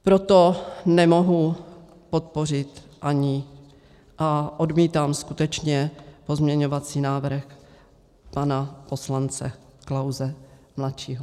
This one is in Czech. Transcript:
Proto nemohu podpořit ani a odmítám skutečně pozměňovací návrh pana poslance Klause mladšího.